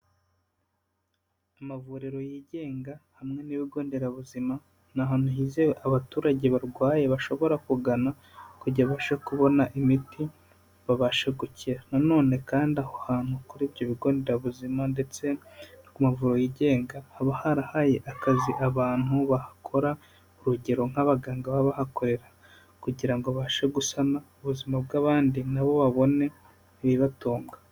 Amavuriro yigenga, hamwe n'ibigo nderabuzima, ni ahantu hizewe abaturage barwaye bashobora kugana, kugira ngo babashe kubona imiti, babasha gukira. Na none kandi aho hantu kuri ibyo bigo nderabuzima, ndetse no ku mavuriro yigenga, haba harahaye akazi abantu bahakora, urugero nk'abaganga baba bahakorera, kugira ngo babashe gusana ubuzima bw'abandi, nabo babone ibibatunga.